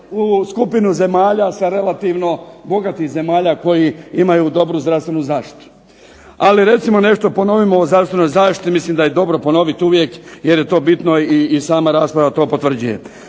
U skupinu zemalja sa relativno, bogatih zemalja koji imaju dobru zdravstvenu zaštitu. Ali recimo nešto, ponovimo o zdravstvenoj zaštiti, mislim da je dobro ponoviti uvijek jer je to bitno i sama rasprava to potvrđuje.